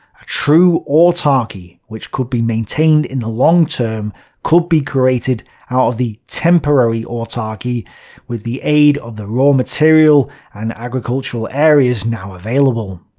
a true autarky which could be maintained in the long-term could be created out of the temporary autarky with the aid of the raw material and agricultural areas now available.